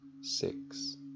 six